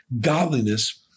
godliness